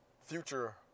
future